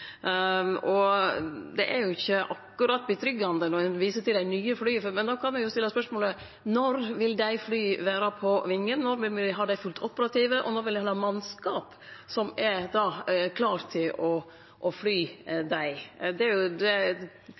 defekte. Det er jo ikkje akkurat tilfredstillande når ein viser til nye fly, for då kan ein jo stille spørsmålet: Når vil dei flya vere på vengjene, når vil dei vere fullt ut operative, og når vil me ha mannskap som er klare til å fly dei? Det er